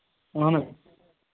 اَہَن حظ